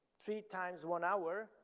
three times one hour,